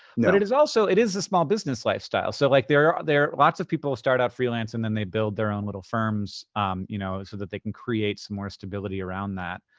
no. but it is also, it is the small business lifestyle. so like, there are lots of people who start out freelance and then they build their own little firms you know so that they can create some more stability around that.